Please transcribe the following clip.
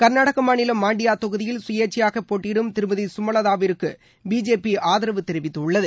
கர்நாடக மாநிலம் மாண்டியா தொகுதியில் சுயேச்சையாகப் போட்டியிடும் திருமதி சுமலதாவிற்கு பிஜேபி ஆதரவு தெரிவித்துள்ளது